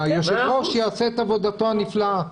והיושב-ראש יעשה את עבודתו הנפלאה.